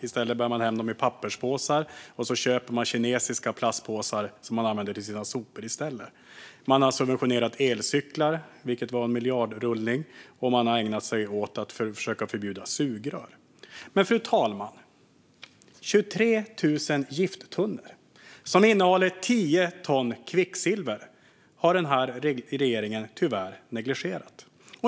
I stället bär de hem den i papperspåsar och köper kinesiska plastpåsar som de använder för sina sopor. Man har subventionerat elcyklar, vilket var en miljardrullning, och man har ägnat sig åt att försöka förbjuda sugrör. Men, fru talman, 23 000 gifttunnor som innehåller tio ton kvicksilver har den här regeringen tyvärr negligerat.